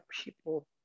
people